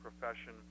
profession